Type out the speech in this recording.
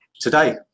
today